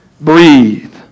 breathe